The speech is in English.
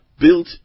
built